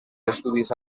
estudis